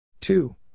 Two